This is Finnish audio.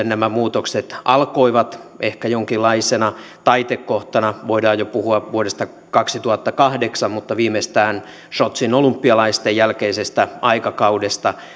nämä muutokset alkoivat ehkä jonkinlaisena taitekohtana voidaan jo puhua vuodesta kaksituhattakahdeksan mutta viimeistään sotsin olympialaisten jälkeisestä aikakaudesta